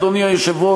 אדוני היושב-ראש,